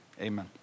Amen